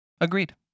Agreed